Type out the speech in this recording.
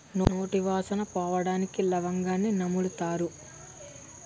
నోటి వాసన పోవడానికి లవంగాన్ని నములుతారు